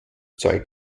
zeug